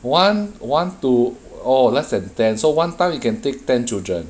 one one to oh less than then so one time you can take ten children